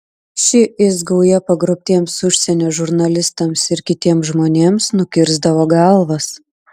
ši is gauja pagrobtiems užsienio žurnalistams ir kitiems žmonėms nukirsdavo galvas